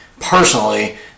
personally